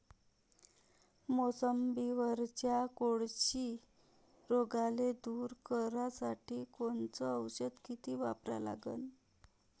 मोसंबीवरच्या कोळशी रोगाले दूर करासाठी कोनचं औषध किती वापरा लागन?